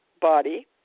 body